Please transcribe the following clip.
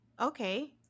Okay